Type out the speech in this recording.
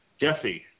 Jesse